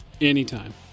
anytime